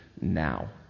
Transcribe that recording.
now